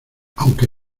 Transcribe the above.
aunque